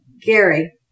Gary